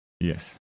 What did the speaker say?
Yes